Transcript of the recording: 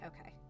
Okay